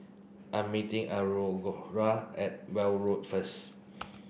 I am meeting at Weld Road first